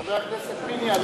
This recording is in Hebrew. חבר הכנסת פיניאן,